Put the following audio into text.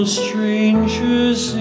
strangers